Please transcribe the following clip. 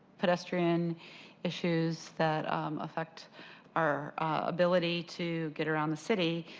pedestrian issues that affect our ability to get around the city,